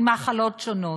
ממחלות שונות.